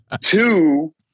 two